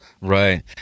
right